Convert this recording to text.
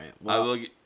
right